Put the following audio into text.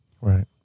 Right